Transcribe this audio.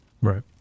Right